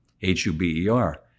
H-U-B-E-R